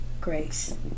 grace